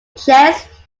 chess